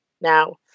now